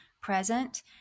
present